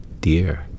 dear